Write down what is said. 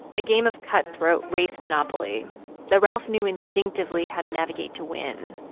a game of cutthroat race monopoly that ralph knew instinctively how to navigate to win,